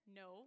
no